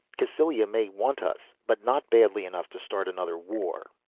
cassylia may want us but not badly enough to start another war.